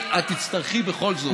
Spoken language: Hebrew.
את תצטרכי בכל זאת.